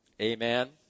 Amen